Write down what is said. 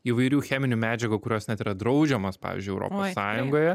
įvairių cheminių medžiagų kurios net yra draudžiamos pavyzdžiui europos sąjungoje